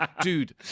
Dude